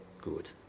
good